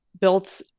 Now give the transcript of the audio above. built